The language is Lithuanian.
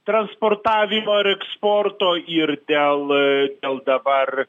transportavimo ir eksporto ir dėl dėl dabar